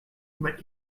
but